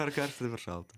ar karšta šalta